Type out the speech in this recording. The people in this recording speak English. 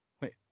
wait